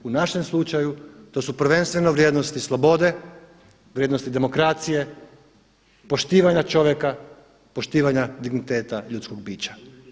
U našem slučaju to su prvenstveno vrijednosti slobode, vrijednosti demokracije, poštivanja čovjeka, poštivanja digniteta ljudskog bića.